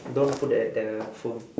don't put the entire phone